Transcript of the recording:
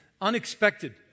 unexpected